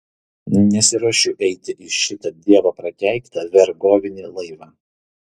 nesiruošiu eiti į šitą dievo prakeiktą vergovinį laivą